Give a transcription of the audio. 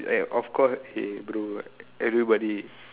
like of course eh bro everybody